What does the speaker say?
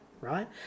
right